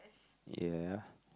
ya